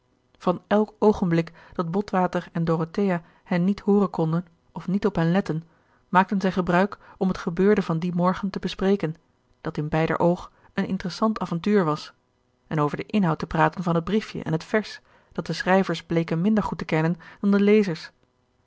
van elk oogenblik dat botwater en dorothea hen niet hooren konden of niet op hen letten maakten zij gebruik om het gebeurde van dien morgen te bespreken dat in beider oog een interessant avontuur was en over den inhoud te praten van het briefje en het vers dat de schrijvers bleken minder goed te kennen dan de lezers